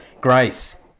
Grace